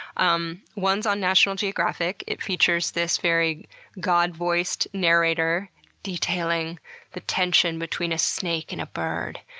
um one's on national geographic. it features this very god-voiced narrator detailing the tension between a snake and a bird.